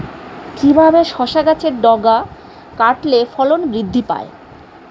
কিভাবে শসা গাছের ডগা কাটলে ফলন বৃদ্ধি পায়?